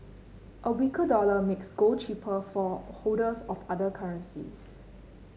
a weaker dollar makes gold cheaper for holders of other currencies